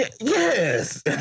Yes